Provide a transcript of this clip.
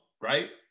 right